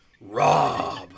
Rob